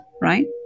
right